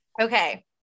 Okay